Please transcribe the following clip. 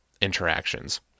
interactions